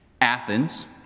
Athens